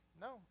no